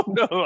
no